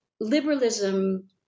liberalism